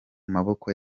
maboko